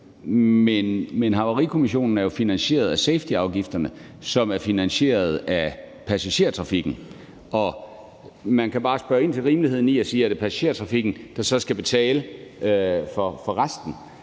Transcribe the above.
Men Havarikommissionen er jo finansieret af safetyafgifterne, som er finansieret af passagertrafikken, og man kan bare spørge ind til rimeligheden i det og sige: Er det passagertrafikken, der så skal betale for resten?